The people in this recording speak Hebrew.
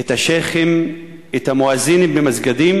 את השיח'ים, את המואזינים במסגדים?